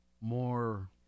more